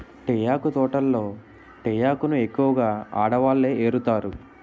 తేయాకు తోటల్లో తేయాకును ఎక్కువగా ఆడవాళ్ళే ఏరుతారు